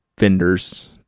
Vendors